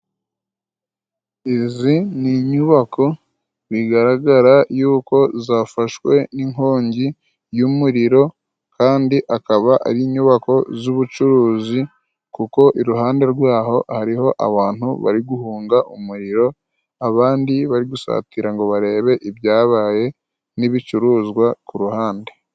Izi ni inyubako bigaragara y'uko zafashwe n'inkongi y'umuriro kandi akaba ari inyubako z'ubucuruzi kuko iruhande rwaho hariho abantu bari guhunga umuriro abandi bari gusatira kugira ngo barebe ibyabaye, n'ibicuruzwa ku ruhande .